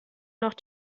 noch